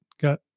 got